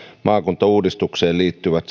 maakuntauudistukseen liittyvät